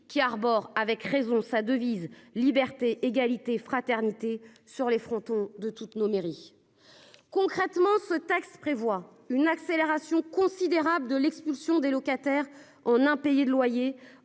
qui arbore avec raison sa devise Liberté, égalité, fraternité sur les frontons de toutes nos mairies. Concrètement, ce texte prévoit une accélération considérable de l'expulsion des locataires en impayés de loyers,